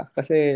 Kasi